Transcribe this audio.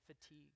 fatigue